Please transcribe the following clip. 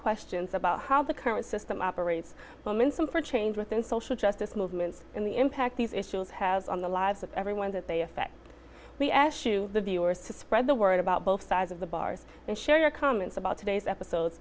questions about how the current system operates momentum for change within social justice movements in the impact these issues has on the lives of everyone that they affect we eschew the viewers to spread the word about both sides of the bars and share your comments about today's episode